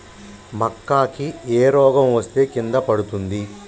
మక్కా కి ఏ రోగం వస్తే కింద పడుతుంది?